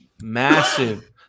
massive